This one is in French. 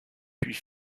puis